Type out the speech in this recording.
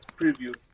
Preview